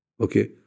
okay